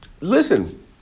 Listen